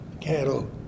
cattle